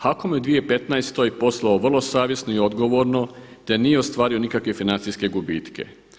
HAKOM je u 2015. poslovao vrlo savjesno i odgovorno, te nije ostvario nikakve financijske gubitke.